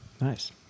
nice